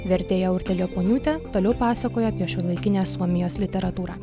vertėja urtė liepuoniūtė toliau pasakoja apie šiuolaikinę suomijos literatūrą